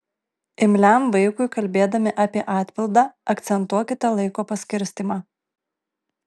imliam vaikui kalbėdami apie atpildą akcentuokite laiko paskirstymą